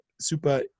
super